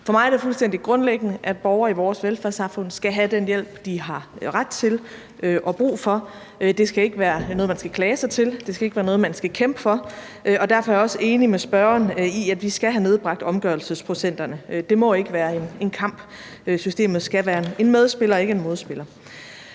For mig er det fuldstændig grundlæggende, at borgere i vores velfærdssamfund skal have den hjælp, de har ret til og brug for. Det skal ikke være noget, man skal klage sig til; det skal ikke være noget, man skal kæmpe for. Og derfor er jeg også enig med spørgeren i, at vi skal have nedbragt omgørelsesprocenterne. Det må ikke være en kamp. Systemet skal være en medspiller og ikke en modspiller.